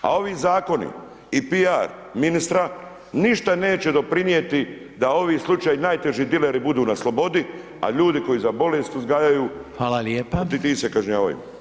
A ovi zakoni i piar ministra ništa neće doprinijeti da ovi slučaj najteži dileri budu na slobodi, al ljudi koji za bolest uzgajaju [[Upadica: Hvala lijepa.]] ti se kažnjavaju.